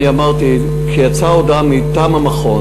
אמרתי שיצאה הודעה מטעם המכון.